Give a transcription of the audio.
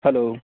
hello